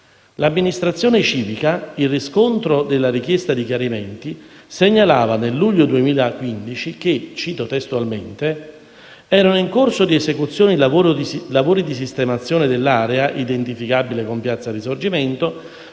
L'amministrazione civica, in riscontro della richiesta di chiarimenti, segnalava, nel luglio del 2015, che - cito testualmente - «erano in corso di esecuzione lavori di sistemazione dell'area identificabile come piazza Risorgimento,